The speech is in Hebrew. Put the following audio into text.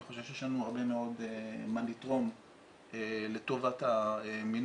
אני חושב שיש לנו הרבה מאוד מה לתרום לטובת המינוף